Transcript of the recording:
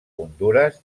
hondures